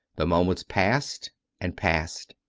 the moments passed and passed.